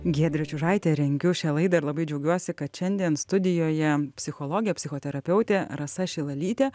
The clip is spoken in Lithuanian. giedrė čiužaitė rengiu šią laidą ir labai džiaugiuosi kad šiandien studijoje psichologė psichoterapeutė rasa šilalytė